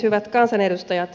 hyvät kansanedustajat